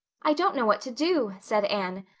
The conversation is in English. i don't know what to do, said anne.